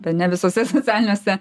bene visuose socialiniuose